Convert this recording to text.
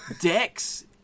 Dex